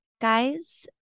Guys